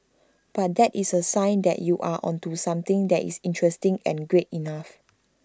but that is A sign that you are onto something that is interesting and great enough